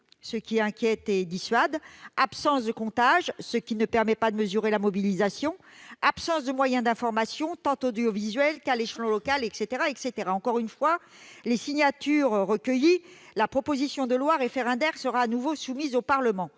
elle inquiète et dissuade -, absence de comptage- elle ne permet pas de mesurer la mobilisation -, absence de moyens d'information audiovisuels ou à l'échelon local ... Enfin, une fois les signatures recueillies, la proposition de loi référendaire est de nouveau soumise au Parlement.